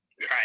right